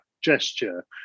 gesture